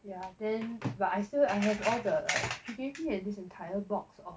ya then but I still I never buy the he gave me this entire box of